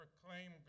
proclaim